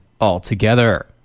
altogether